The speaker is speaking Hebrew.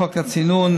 חוק הצינון,